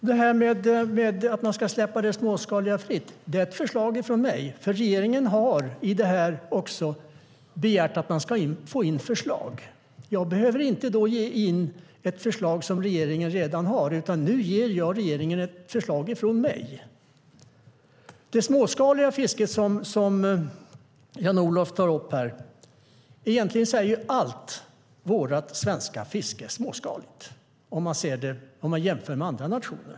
Herr talman! Att man ska släppa det småskaliga fisket fritt är ett förslag från mig. Regeringen har begärt att få in förslag. Jag behöver inte lämna in ett förslag som regeringen redan har. Nu ger jag regeringen ett förslag från mig. Egentligen är allt vårt svenska fiske småskaligt, om man jämför med andra nationer.